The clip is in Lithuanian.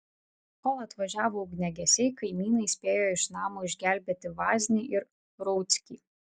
kol atvažiavo ugniagesiai kaimynai spėjo iš namo išgelbėti vaznį ir rauckį